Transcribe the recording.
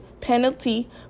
penalty